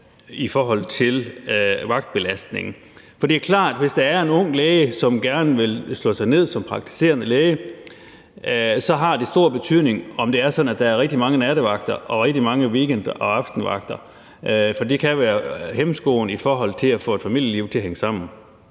i forhold til vagtbelastning. For det er klart, at hvis der er en ung læge, som gerne vil slå sig ned som praktiserende læge, så har det stor betydning, om det er sådan, at der er rigtig mange nattevagter og rigtig mange weekend- og aftenvagter, for det kan være hæmskoen i forhold til at få familielivet til at hænge sammen.